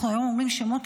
היום אנחנו אומרים שמות,